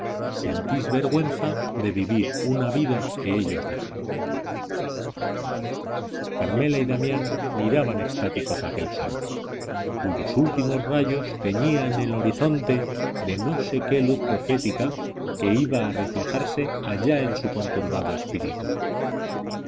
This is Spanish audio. sentís vergüenza de vivir una vida que ellos dejaron carmela y damián miraban extáticos aquel sol cuyos últimos rayos teñían el horizonte de no sé qué luz profética que iba a reflejarse allá en su conturbado espíritu